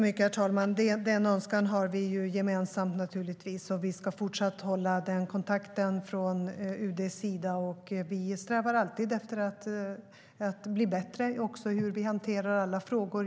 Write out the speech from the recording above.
Herr talman! Den önskan har vi gemensamt naturligtvis, och från UD:s sida ska vi fortsatt hålla den kontakten. Vi strävar alltid efter att bli bättre också i hur vi hanterar alla frågor.